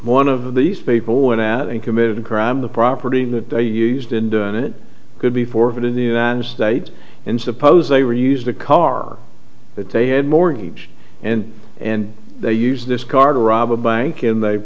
one of these people went out and committed a crime the property that they used in doing it could be forfeit in the united states and suppose they were used the car that they had mortgage and and they use this car garage a bank